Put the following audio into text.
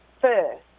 first